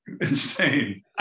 insane